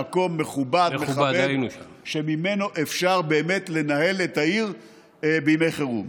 מקום מכובד שממנו אפשר באמת לנהל את העיר בימי חירום.